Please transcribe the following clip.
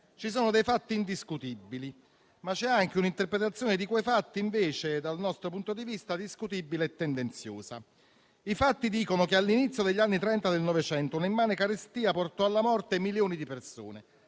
Ci sono dei fatti indiscutibili, ma c'è anche un'interpretazione di quei fatti dal nostro punto di vista discutibile e tendenziosa. I fatti dicono che, all'inizio degli anni Trenta del Novecento, un'immane carestia portò alla morte milioni di persone,